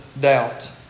doubt